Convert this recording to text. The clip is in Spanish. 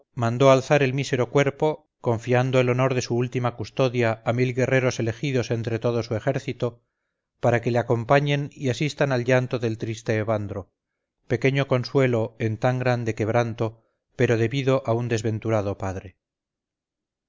mandó alzar el mísero cuerpo confiando el honor de su última custodia a mil guerreros elegidos entre todo su ejército para que le acompañen y asistan al llanto del triste evandro pequeño consuelo en tan grande quebranto pero debido a un desventurado padre